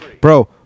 Bro